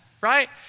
right